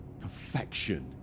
Perfection